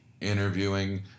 interviewing